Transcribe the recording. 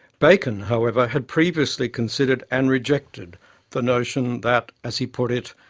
bacon, however, had previously considered and rejected the notion that, as he put it,